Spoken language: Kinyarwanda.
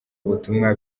ubutumwa